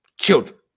children